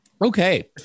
Okay